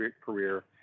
career